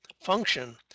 function